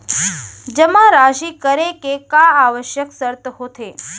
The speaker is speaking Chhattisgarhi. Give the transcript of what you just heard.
जेमा राशि करे के का आवश्यक शर्त होथे?